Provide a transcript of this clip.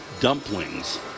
dumplings